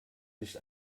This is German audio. nicht